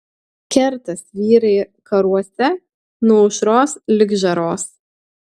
kertas vyrai karuose nuo aušros lig žaros